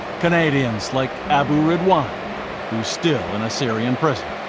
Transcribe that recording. canadians like abu ridwan who's still in a syrian prison.